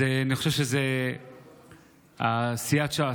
אז אני חושב שסיעת ש"ס,